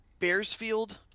Bearsfield